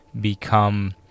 become